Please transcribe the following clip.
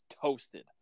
toasted